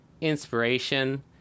inspiration